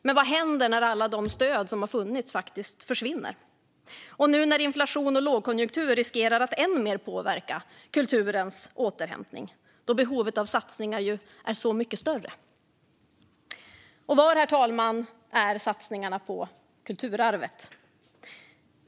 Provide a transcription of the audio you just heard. Men vad händer när alla de stöd som har funnits faktiskt försvinner nu när inflation och lågkonjunktur riskerar att än mer påverka kulturens återhämtning och när behovet av satsningar är så mycket större? Var, herr talman, är satsningarna på kulturarvet?